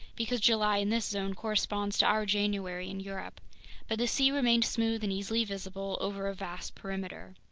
because july in this zone corresponds to our january in europe but the sea remained smooth and easily visible over a vast perimeter.